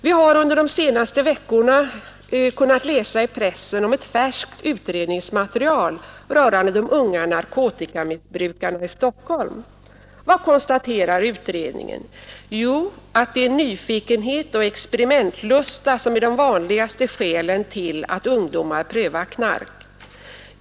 Vi har under de senaste veckorna kunnat läsa i pressen om ett färskt utredningsmaterial rörande unga narkotikamissbrukare i Stockholm. Utredaren har kunnat konstatera att nyfikenhet och experimentlusta är de vanligaste skälen till att ungdomar prövar knark.